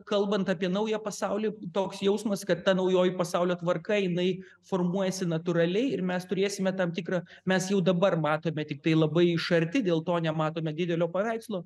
kalbant apie naują pasaulį toks jausmas kad ta naujoji pasaulio tvarka jinai formuojasi natūraliai ir mes turėsime tam tikrą mes jau dabar matome tiktai labai iš arti dėl to nematome didelio paveikslo